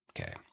Okay